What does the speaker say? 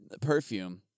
perfume